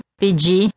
pedi